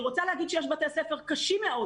אני רוצה להגיד שיש בתי ספר קשים מאוד